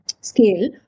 scale